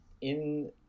in-